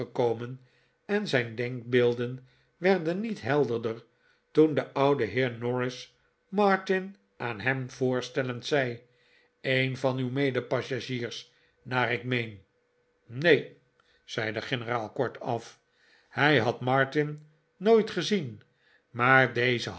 overgekomen en zijn denkbeelden werden niet helderder toen de oude heer norris martin aan hem voorstellend zei een van uw medepassagiers naar ik meen neen zei de generaal kortaf hij had martin nooit gezien maar deze